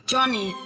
Johnny